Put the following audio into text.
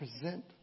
present